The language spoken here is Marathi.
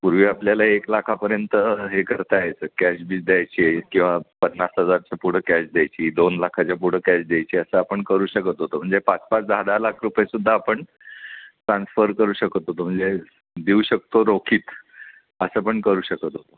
पूर्वी आपल्याला एक लाखापर्यंत हे करता यायचं कॅश बीश द्यायची आहे किंवा पन्नास हजारच्या पुढं कॅश द्यायची दोन लाखाच्या पुढं कॅश द्यायची असं आपण करू शकत होतं म्हणजे पाच पाच दहा दहा लाख रुपये सुद्धा आपण ट्रान्सफर करू शकत होतो म्हणजे देऊ शकतो रोखीत असं पण करू शकत होतो